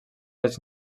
les